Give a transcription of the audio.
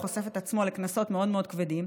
הוא חושף את עצמו לקנסות מאוד מאוד כבדים.